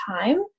time